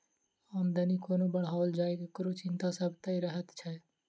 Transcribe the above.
आमदनी कोना बढ़ाओल जाय, एकरो चिंता सतबैत रहैत छै